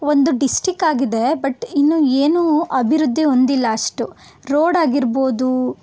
ಒಂದು ಡಿಸ್ಟಿಕ್ ಆಗಿದೆ ಬಟ್ ಇನ್ನೂ ಏನೂ ಅಭಿವೃದ್ಧಿ ಹೊಂದಿಲ್ಲ ಅಷ್ಟು ರೋಡಾಗಿರ್ಬೋದು